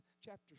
chapter